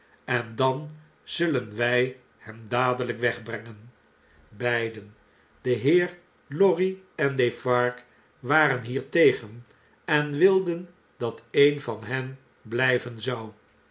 en dan zullen wjj hem dadelp wegbrengen beiden de heer lorry en defarge waren hiertegen en wilden dat een van hen bljjven zou